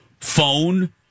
phone